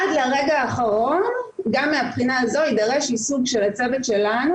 עד לרגע האחרון גם מהבחינה הזו יידרש יישוג של הצוות שלנו